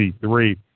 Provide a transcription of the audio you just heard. three